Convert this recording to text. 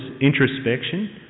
introspection